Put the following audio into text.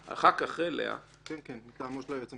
הצעת החוק נועדה לשנות את אופן הבחירה של יועצים